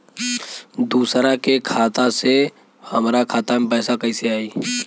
दूसरा के खाता से हमरा खाता में पैसा कैसे आई?